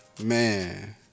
Man